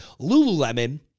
Lululemon